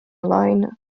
line